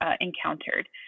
encountered